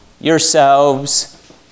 yourselves